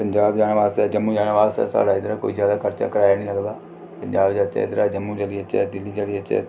पंजाब जाने वास्तै जम्मू जाने वास्तै साढ़े इद्धर कोई ज्यादा खर्चा कराया नि लगदा पंजाब जाचै इद्धरा जम्मू चली जाचै दिल्ली चली जाचै